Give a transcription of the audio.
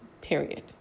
Period